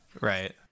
right